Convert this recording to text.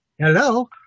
Hello